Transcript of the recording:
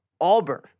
Auburn